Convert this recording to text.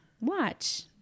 Watch